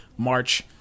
March